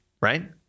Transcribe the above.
right